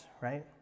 right